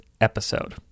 episode